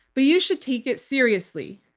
but you should take it seriously.